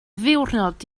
ddiwrnod